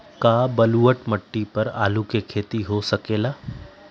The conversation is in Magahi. का बलूअट मिट्टी पर आलू के खेती हो सकेला?